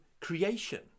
creation